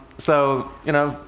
so, you know,